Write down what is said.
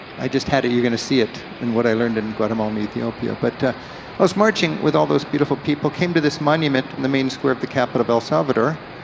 i just had, you're gonna see it in what i learned in guatemala and ethiopia. but i was marching with all those beautiful people, came to this monument in the main square of the capital of el salvador,